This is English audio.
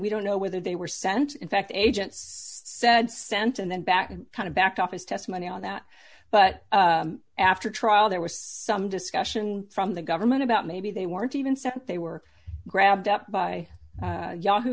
we don't know whether they were sent in fact agents said sent and then back and kind of backed off is testimony on that but after trial there was some discussion from the government about maybe they weren't even sent they were grabbed up by yahoo